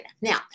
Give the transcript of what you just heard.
Now